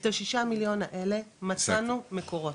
את הששה מיליון האלה מצאנו מקורות,